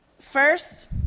First